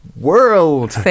world